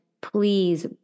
please